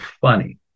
funny